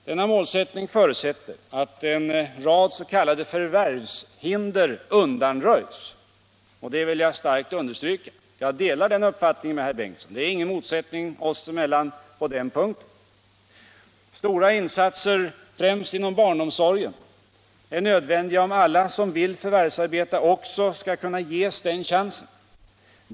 Denna målsättning förutsätter att en rad s.k. förvärvshinder undanröjs — och det vill jag starkt understryka. Jag delar den uppfattningen med herr Ingemund Bengtsson i Varberg. Det är ingen motsättning oss emellan på den punkten. Stora insatser, främst beträffande barnomsorgen, är nödvändiga om alla som vi vill skall förvärvsarbeta också skall kunna ges den chansen.